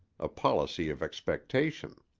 a policy of expectation.